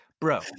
bro